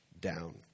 down